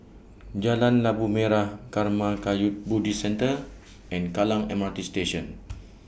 Jalan Labu Merah Karma Kagyud Buddhist Centre and Kallang M R T Station